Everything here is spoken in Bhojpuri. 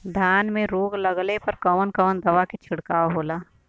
धान में रोग लगले पर कवन कवन दवा के छिड़काव होला?